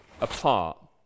apart